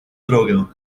drogę